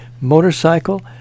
motorcycle